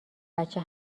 بچه